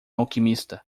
alquimista